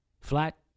Flat